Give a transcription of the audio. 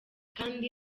kandi